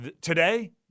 Today